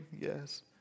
Yes